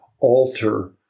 alter